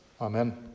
Amen